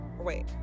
wait